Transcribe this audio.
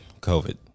COVID